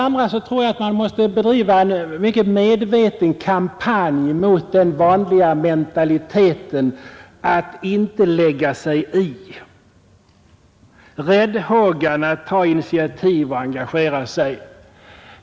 Vidare tror jag att man måste bedriva en mycket medveten kampanj mot den vanliga mentaliteten att inte lägga sig i, mot räddhågan att ta initiativ och engagera sig.